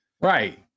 Right